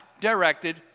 directed